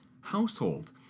household